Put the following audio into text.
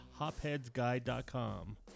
hopheadsguide.com